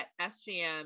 sgm